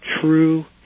true